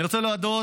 אני רוצה להודות